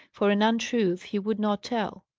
for an untruth he would not tell.